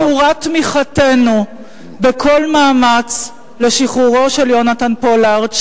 מסורה תמיכתנו בכל מאמץ לשחרורו של יונתן פולארד,